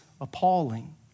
appalling